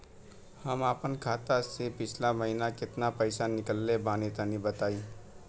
हम आपन खाता से पिछला महीना केतना पईसा निकलने बानि तनि बताईं?